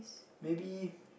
maybe